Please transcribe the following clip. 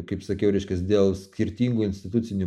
kaip sakiau reiškias dėl skirtingų institucinių